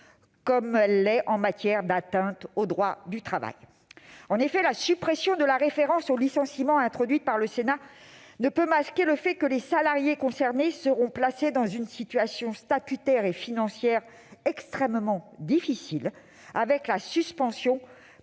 comme elle l'est en matière d'atteinte au droit du travail. En effet, la suppression de la référence au licenciement introduite par le Sénat ne peut masquer le fait que les salariés concernés seront placés dans une situation statutaire et financière extrêmement difficile avec la suspension